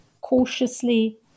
cautiously